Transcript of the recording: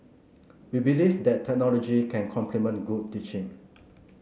we believe that technology can complement good teaching